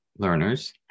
learners